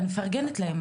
אני מפרגנת להם.